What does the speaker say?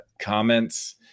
comments